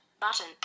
Button